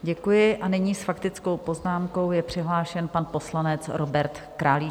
Děkuji a nyní s faktickou poznámkou je přihlášen pan poslanec Robert Králíček.